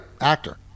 Actor